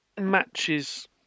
matches